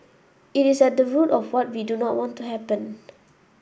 it is at the root of what we do not want to happen